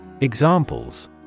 Examples